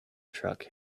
truck